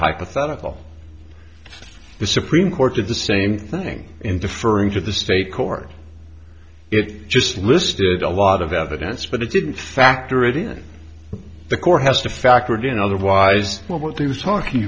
hypothetical the supreme court did the same thing in deferring to the state court it just listed a lot of evidence but it didn't factor it in the court has to factor it in otherwise what he was talking